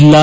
ಜಿಲ್ಲಾ